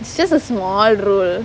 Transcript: it's just a small role